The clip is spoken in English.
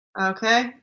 Okay